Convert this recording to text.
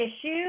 issues